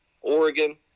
Oregon